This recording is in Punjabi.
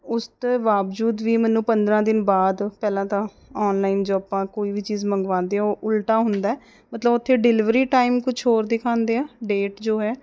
ਉਸ ਤੋਂ ਬਾਵਜੂਦ ਵੀ ਮੈਨੂੰ ਪੰਦਰ੍ਹਾਂ ਦਿਨ ਬਾਅਦ ਪਹਿਲਾਂ ਤਾਂ ਔਨਲਾਈਨ ਜੋ ਆਪਾਂ ਕੋਈ ਵੀ ਚੀਜ਼ ਮੰਗਵਾਉਂਦੇ ਹਾਂ ਉਹ ਉਲਟਾ ਹੁੰਦਾ ਮਤਲਬ ਉੱਥੇ ਡਿਲੀਵਰੀ ਟਾਈਮ ਕੁਛ ਹੋਰ ਦਿਖਾਉਂਦੇ ਹੈ ਡੇਟ ਜੋ ਹੈ